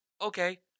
okay